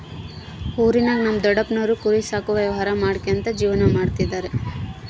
ಊರಿನಾಗ ನಮ್ ದೊಡಪ್ಪನೋರು ಕುರಿ ಸಾಕೋ ವ್ಯವಹಾರ ಮಾಡ್ಕ್ಯಂತ ಜೀವನ ಮಾಡ್ತದರ